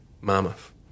mammoth